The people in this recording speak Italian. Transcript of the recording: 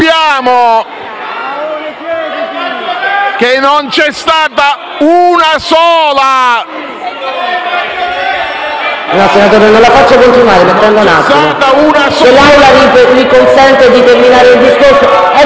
Sappiamo che non c'è stata una sola...